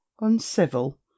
Uncivil